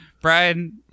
Brian